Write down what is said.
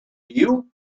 you